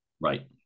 Right